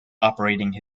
operating